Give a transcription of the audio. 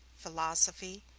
philosophy,